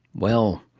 well.